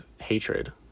hatred